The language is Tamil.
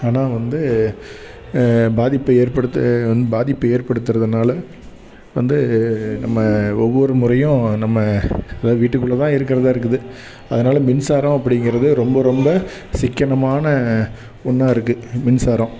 ஆனா வந்து பாதிப்பு ஏற்படுத்து பாதிப்பு ஏற்படுத்துறதுனால் வந்து நம்ம ஒவ்வொரு முறையும் நம்ம அதாவது வீட்டுக்குள்ளேதான் இருக்கறதாக இருக்குது அதனால மின்சாரம் அப்படிங்கறது ரொம்ப ரொம்ப சிக்கனமான ஒன்றா இருக்குது மின்சாரம்